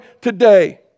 today